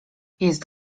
jest